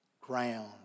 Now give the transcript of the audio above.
ground